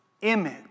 image